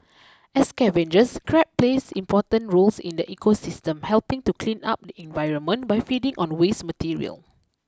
as scavengers crab plays important roles in the ecosystem helping to clean up the environment by feeding on waste material